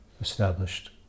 established